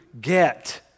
get